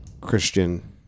Christian